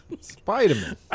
Spider-Man